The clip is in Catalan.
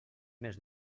més